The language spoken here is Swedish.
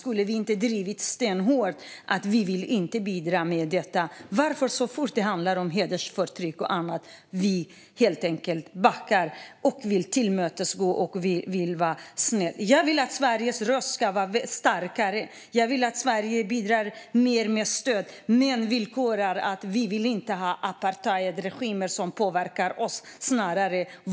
Skulle man inte ha drivit stenhårt att vi inte vill bidra till detta? Varför backar vi helt enkelt så fort det handlar om hedersförtryck och annat och vill vara tillmötesgående? Jag vill att Sveriges röst ska vara starkare. Jag vill att Sverige bidrar med mer stöd men villkorar det. Jag vill inte att apartheidregimer ska påverka oss.